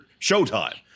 showtime